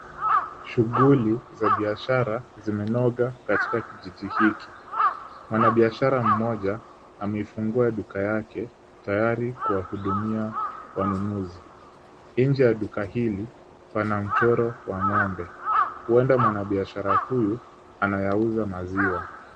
Shughuli za biashara zimenoga katika kijiji hiki. Mwanabiashara mmoja ameifungua duka yake tayari kuwahudumia wanunuzi. Nje ya duka hili pana mchoro wa ng'ombe. Huenda mwanabiashara huyu anayauza maziwa.